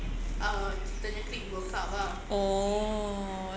oh